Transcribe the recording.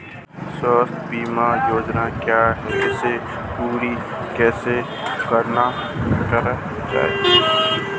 स्वास्थ्य बीमा योजना क्या है इसे पूरी कैसे कराया जाए?